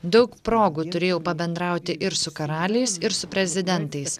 daug progų turėjau pabendrauti ir su karaliais ir su prezidentais